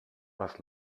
was